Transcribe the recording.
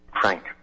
Frank